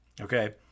okay